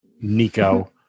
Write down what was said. Nico